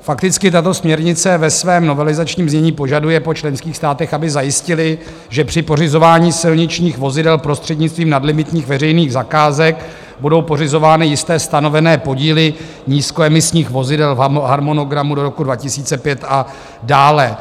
Fakticky tato směrnice ve svém novelizačním znění požaduje po členských státech, aby zajistily, že při pořizování silničních vozidel prostřednictvím nadlimitních veřejných zakázek budou pořizovány jisté stanovené podíly nízkoemisních vozidel v harmonogramu do roku 2005 a dále.